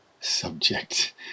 subject